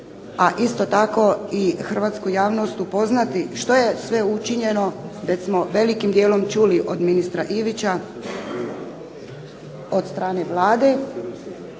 a isto tako i Hrvatsku javnost upoznati što je sve učinjeno, već smo velikim dijelom čuli od ministra Ivića, od strane Vlade,